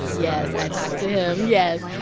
yes i talked to him, yes.